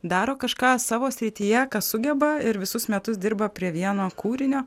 daro kažką savo srityje ką sugeba ir visus metus dirba prie vieno kūrinio